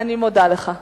אני מודה לך.